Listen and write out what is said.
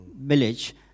village